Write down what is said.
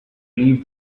leave